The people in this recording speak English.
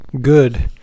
Good